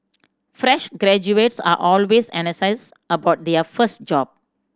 fresh graduates are always about their first job